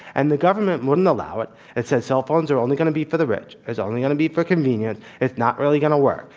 and the government wouldn't allow it and said, cellphones are only going to be for the rich. it's only going to be for convenience it's not really going to work.